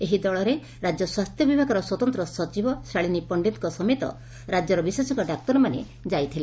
ଏହି ଦଳରେ ରାଜ୍ୟ ସ୍ୱାସ୍ଥ୍ୟ ବିଭାଗର ସ୍ୱତନ୍ତ୍ ସଚିବ ଶାଲୀନ ପଣ୍ଣିତଙ୍କ ସମେତ ରାକ୍ୟର ବିଶେଷଙ୍କ ଡାକ୍ତରମାନେ ଯାଇଥିଲେ